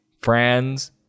friends